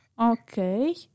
Okay